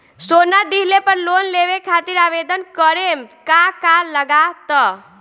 सोना दिहले पर लोन लेवे खातिर आवेदन करे म का का लगा तऽ?